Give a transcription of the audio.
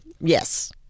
yes